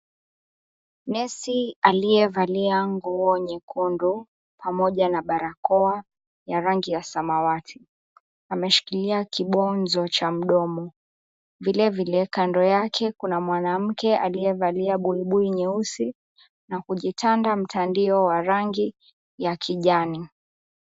Nesi aliyevalia nguo nyekundu pamoja na barakoa ya rangi ya samawati ameshikilia kibonzo cha mdomo. Vilevile kando yake kuna mwanamke aliyevalia buibui nyeusi na kujitanda mtandio wa rangi ya kijani.